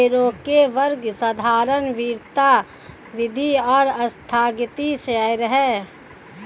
शेयरों के वर्ग साधारण, वरीयता, वृद्धि और आस्थगित शेयर हैं